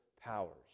powers